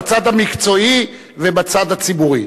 בצד המקצועי ובצד הציבורי.